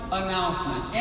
announcement